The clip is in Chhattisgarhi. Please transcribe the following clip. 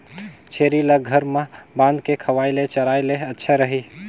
छेरी ल घर म बांध के खवाय ले चराय ले अच्छा रही?